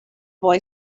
boy